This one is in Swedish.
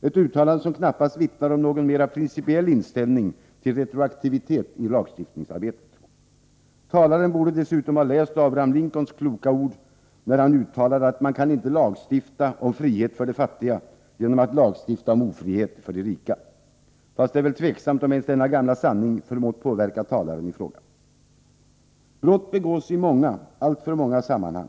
Det är ett uttalande som knappast vittnar om någon mer principiell inställning till retroaktivitet i lagstiftningsarbetet. Talaren borde dessutom ha läst Abraham Lincolns kloka ord i hans uttalande: Man kan inte lagstifta om frihet för de fattiga genom att lagstifta om ofrihet för de rika. Fast det är väl tveksamt om ens denna gamla sanning förmått påverka talaren i fråga. Brott begås i många — alltför många — sammanhang.